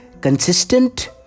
consistent